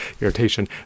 irritation